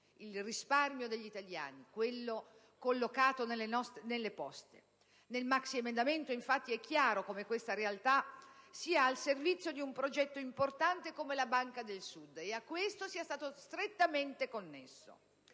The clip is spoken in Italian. al risparmio degli italiani collocato nelle Poste. Nel maxiemendamento, infatti, è chiaro come questa realtà sia al servizio di un progetto importante come la Banca del Sud e a questo sia stato strettamente connesso.